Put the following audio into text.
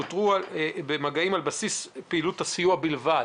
שאותרו במגעים על בסיס פעילות הסיוע בלבד